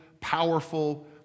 powerful